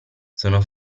sono